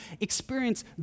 experience